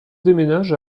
déménage